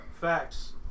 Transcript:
Facts